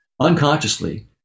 unconsciously